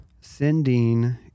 sending